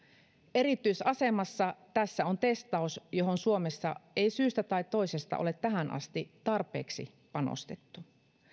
erityisasemassa tässä on testaus johon suomessa ei syystä tai toisesta ole tähän asti tarpeeksi panostettu